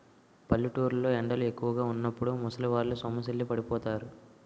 పల్లెటూరు లో ఎండలు ఎక్కువుగా వున్నప్పుడు ముసలివాళ్ళు సొమ్మసిల్లి పడిపోతారు